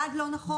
מדד לא נכון.